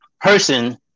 person